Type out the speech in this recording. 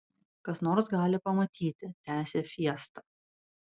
kas nors gali pamatyti tęsė fiesta